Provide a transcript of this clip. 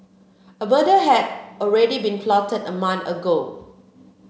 a murder had already been plotted a month ago